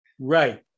Right